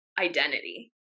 identity